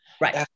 Right